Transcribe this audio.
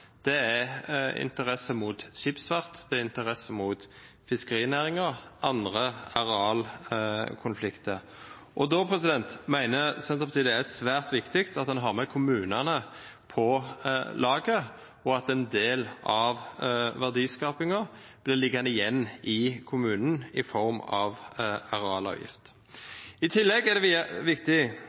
Det er interesse mot skipsfart, det er interesse mot fiskerinæringen og andre arealkonflikter. Da mener Senterpartiet det er svært viktig at en har kommunene med på laget, og at en del av verdiskapingen blir liggende igjen i kommunen i form av arealavgift. I tillegg er det viktig